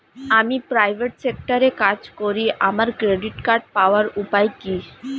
আমি প্রাইভেট সেক্টরে কাজ করি আমার ক্রেডিট কার্ড পাওয়ার উপায় কি?